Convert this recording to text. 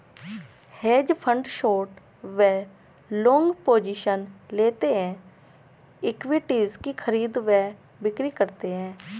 hedge fund short व long positions लेते हैं, इक्विटीज की खरीद व बिक्री करते हैं